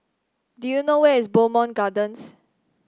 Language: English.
do you know where is Bowmont Gardens